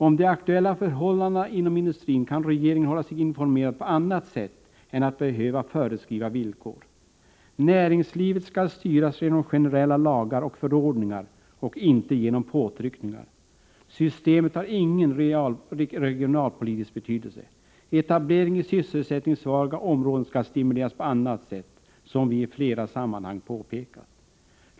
Om de aktuella förhållandena inom industrin kan regeringen hålla sig informerad på annat sätt — man behöver inte föreskriva villkor. Näringslivet skall styras genom generella lagar och förordningar och inte genom påtryckningar. Systemet har ingen regionalpolitisk betydelse. Etablering i sysselsättningssvaga områden skall stimuleras på annat sätt, som vi i flera sammanhang påpekat.